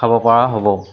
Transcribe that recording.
খাবপৰা হ'ব